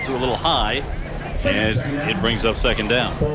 a little high as he brings up second down.